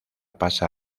pasa